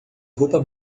roupa